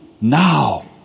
now